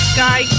Sky